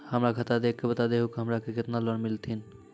हमरा खाता देख के बता देहु के हमरा के केतना लोन मिलथिन?